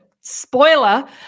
spoiler